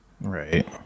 Right